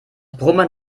brummen